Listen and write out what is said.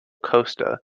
costa